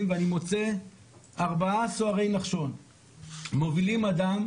ואני מוצא ארבעה סוהרי נחשון מובילים אדם,